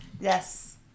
yes